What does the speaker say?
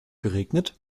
geregnet